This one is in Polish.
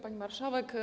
Pani Marszałek!